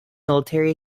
military